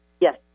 Yes